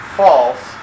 false